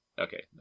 Okay